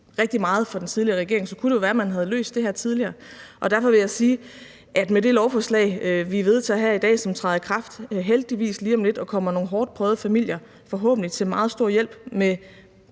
rigtig meget for den tidligere regering, kunne det jo være, man havde løst det her tidligere. Derfor vil jeg sige, at med det lovforslag, vi vedtager her i dag, som heldigvis træder i kraft lige om lidt og kommer nogle hårdtprøvede familier til forhåbentlig meget stor hjælp med